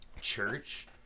Church